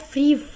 Free